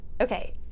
okay